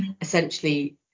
essentially